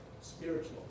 spiritual